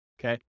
okay